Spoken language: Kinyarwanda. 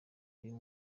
uyu